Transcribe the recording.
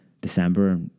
December